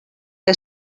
que